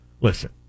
listen